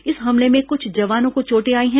इस हमले में कुछ जवानों को चोटें आई हैं